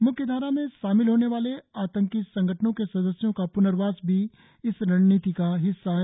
मुख्य धारा में शामिल होने वाले आतंकी संगठनों के सदस्यों का प्नर्वास भी इस रणनीति का हिस्सा है